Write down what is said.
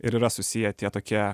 ir yra susiję tie tokie